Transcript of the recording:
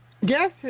Yes